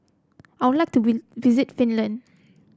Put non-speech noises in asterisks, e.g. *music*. I would like to *unintelligible* visit Finland